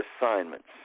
assignments